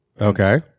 okay